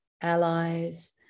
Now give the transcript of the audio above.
allies